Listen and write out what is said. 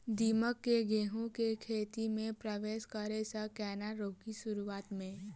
दीमक केँ गेंहूँ केँ खेती मे परवेश करै सँ केना रोकि शुरुआत में?